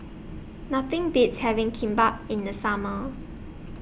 Nothing Beats having Kimbap in The Summer